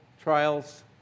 trials